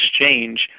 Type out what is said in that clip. exchange